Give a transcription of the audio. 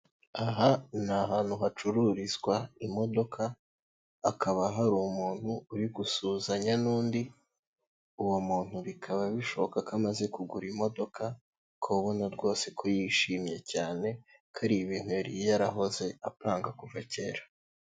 Aha ni ahantu hacururizwa imodoka, hakaba hari umuntu uri gusuhuzanya n'undi, uwo muntu bikaba bishoboka, ko amaze kugura imodoka, ukaba ubona rwose ko yishimye cyane, ko ari ibintu yari yarahoze apanga kuva kera.